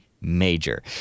major